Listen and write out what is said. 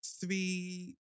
three